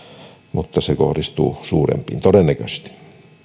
mutta se kohdistuu suurempiin todennäköisesti